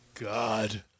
God